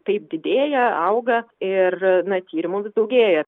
taip didėja auga ir na tyrimų daugėja